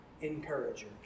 encourager